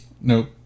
Nope